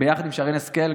יחד עם שרן השכל.